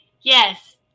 yes